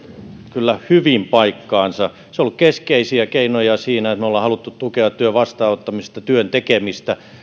kyllä hyvin paikkaansa se on ollut keskeisiä keinoja siinä että me olemme halunneet tukea työn vastaanottamista työn tekemistä